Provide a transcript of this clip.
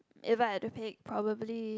if I at the peak probably